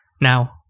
Now